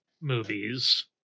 movies